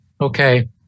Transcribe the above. Okay